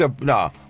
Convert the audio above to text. No